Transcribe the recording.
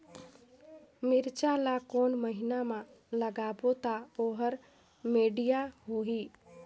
मिरचा ला कोन महीना मा लगाबो ता ओहार बेडिया होही?